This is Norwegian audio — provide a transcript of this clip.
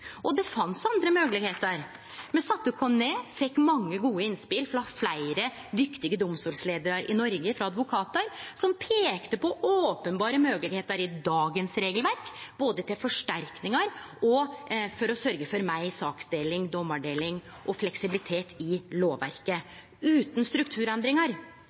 Og det fanst andre moglegheiter. Me sette oss ned, fekk mange gode innspel frå fleire dyktige domstolsleiarar i Noreg og frå advokatar, som peikte på openberre moglegheiter i dagens regelverk både for forsterkingar og for å sørgje for meir saksdeling, dommardeling og fleksibilitet i lovverket, utan strukturendringar.